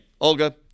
Olga